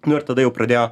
nu ir tada jau pradėjo